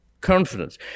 confidence